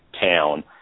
town